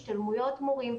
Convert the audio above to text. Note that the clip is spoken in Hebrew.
השתלמויות מורים.